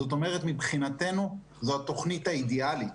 זאת אומרת, מבחינתנו זו התוכנית האידיאלית.